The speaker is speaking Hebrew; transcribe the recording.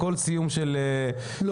בכל סיום של כנס,